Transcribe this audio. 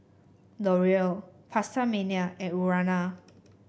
L'Oreal PastaMania and Urana